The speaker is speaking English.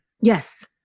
Yes